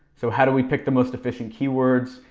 so how do we pick the most efficient keywords,